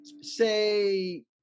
say